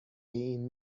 این